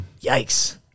Yikes